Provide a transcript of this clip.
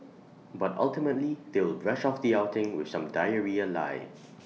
but ultimately they'll brush off the outing with some diarrhoea lie